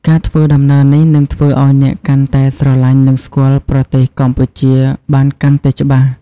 ការធ្វើដំណើរនេះនឹងធ្វើឱ្យអ្នកកាន់តែស្រលាញ់និងស្គាល់ប្រទេសកម្ពុជាបានកាន់តែច្បាស់។